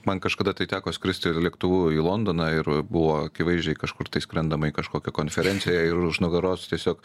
man kažkada tai teko skristi lėktuvu į londoną ir buvo akivaizdžiai kažkur tai skrendama į kažkokią konferenciją ir už nugaros tiesiog